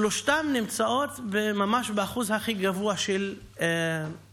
שלושתן נמצאות ממש באחוז הכי גבוה של מימוש,